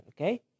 okay